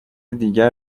دیگر